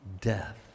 death